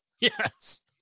Yes